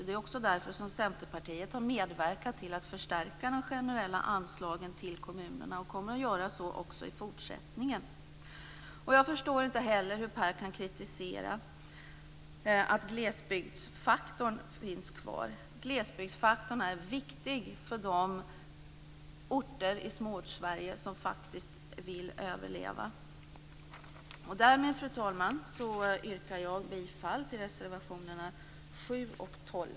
Det är också därför som Centerpartiet har medverkat till att förstärka de generella anslagen till kommunerna och kommer att göra det också i fortsättningen. Jag förstår inte heller hur Per Landgren kan kritisera att glesbygdsfaktorn finns kvar. Denna faktor är viktig för de orter i Småortssverige som faktiskt vill överleva. Med detta, fru talman, yrkar jag bifall till reservationerna 7 och 12.